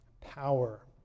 power